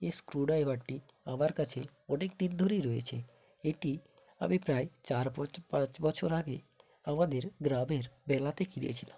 এই স্ক্রু ড্রাইভারটি আমার কাছে অনেক দিন ধরেই রয়েছে এটি আমি প্রায় চার বছর পাঁচ বছর আগে আমাদের গ্রামের মেলাতে কিনেছিলাম